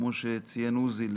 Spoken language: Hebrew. כמו שציין עוזי,